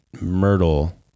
Myrtle